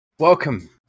Welcome